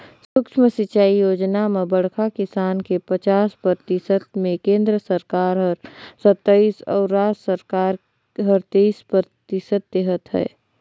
सुक्ष्म सिंचई योजना म बड़खा किसान के पचास परतिसत मे केन्द्र सरकार हर सत्तइस अउ राज सरकार हर तेइस परतिसत देहत है